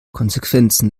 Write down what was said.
konsequenzen